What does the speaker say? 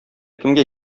кемгә